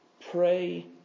Pray